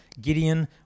Gideon